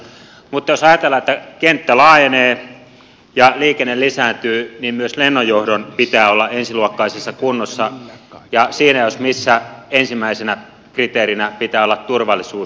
mutta jos ajatellaan että kenttä laajenee ja liikenne lisääntyy niin myös lennonjohdon pitää olla ensiluokkaisessa kunnossa ja siinä jos missä ensimmäisenä kriteerinä pitää olla turvallisuus